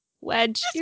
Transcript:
Wedge